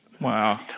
Wow